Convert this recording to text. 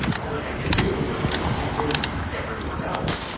all and to do was convince everyone else.